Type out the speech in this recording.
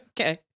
Okay